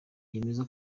yemeza